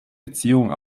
beziehung